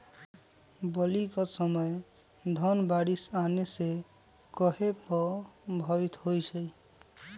बली क समय धन बारिस आने से कहे पभवित होई छई?